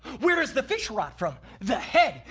where does the fish rot from? the head!